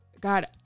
God